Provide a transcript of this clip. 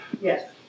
Yes